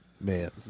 Man